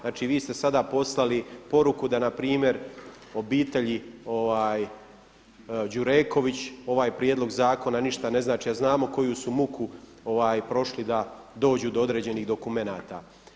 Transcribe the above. Znači vi ste sada poslali poruku da na primjer obitelji Đureković ovaj prijedlog zakona ništa ne znači a znamo koju su muku prošli da dođu do određenih dokumenata.